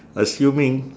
assuming